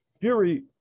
Fury